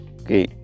okay